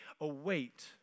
await